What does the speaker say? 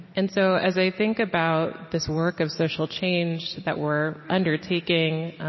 and so, as i think about this work of social change that we're undertaking,